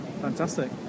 Fantastic